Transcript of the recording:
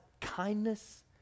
kindness